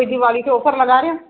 ਦਿਵਾਲੀ 'ਤੇ ਆਫਰ ਲੱਗਾ ਰਹੇ ਹੋ